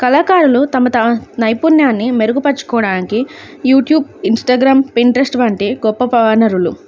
కళాకారులు తమ త నైపుణ్యాన్ని మెరుగుపరచుకోవడానికి యూట్యూబ్ ఇన్స్టాగ్రామ్ పింట్రెస్ట్ వంటి గొప్ప వనరులు